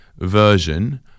Version